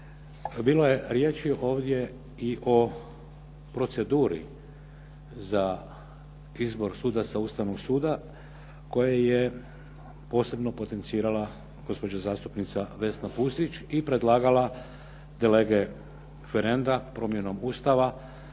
Bilo je riječi ovdje i o proceduri za izbor sudaca Ustavnog suda, koje je posebno potencirala gospođa zastupnica Vesna Pusić i predlagala de lege referendum promjenom Ustava